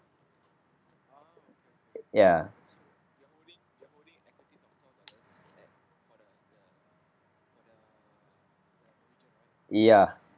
ya ya